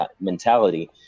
mentality